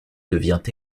devient